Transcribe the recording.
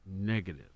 negative